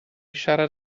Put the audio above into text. siarad